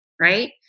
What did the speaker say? right